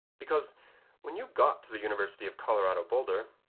because when you got to the university of colorado boulder,